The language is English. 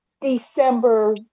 December